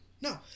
No